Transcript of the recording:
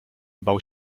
bał